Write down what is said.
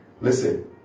listen